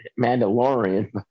Mandalorian